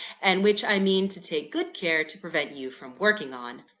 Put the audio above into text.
and which i mean to take good care to prevent you from working on.